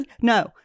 No